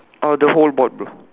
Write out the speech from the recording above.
uh the whole board bro